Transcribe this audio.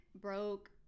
broke